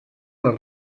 les